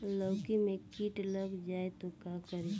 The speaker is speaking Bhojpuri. लौकी मे किट लग जाए तो का करी?